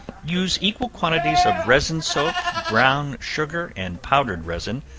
use equal quantities of resin soap, brown sugar, and powdered resin,